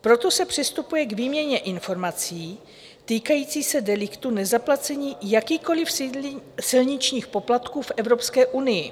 Proto se přistupuje k výměně informací týkající se deliktů nezaplacení jakýchkoli silničních poplatků v Evropské unii.